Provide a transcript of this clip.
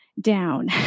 down